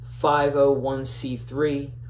501c3